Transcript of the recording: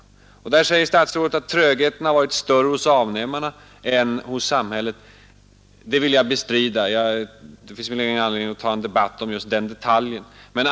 Statsrådet säger att trögheten varit större hos avnämarna än hos samhället. Det vill jag bestrida, men det finns väl ingen anledning att ta en debatt om just den detaljen.